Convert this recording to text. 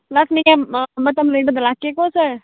ꯂꯥꯛꯅꯤꯉꯥꯏ ꯃꯇꯝ ꯂꯩꯕꯗ ꯂꯥꯛꯀꯦꯀꯣ ꯁꯔ